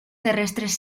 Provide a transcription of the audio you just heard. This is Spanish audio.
terrestres